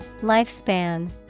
Lifespan